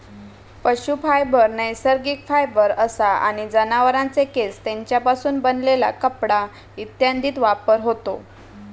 पशू फायबर नैसर्गिक फायबर असा आणि जनावरांचे केस, तेंच्यापासून बनलेला कपडा इत्यादीत वापर होता